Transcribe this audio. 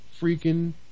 freaking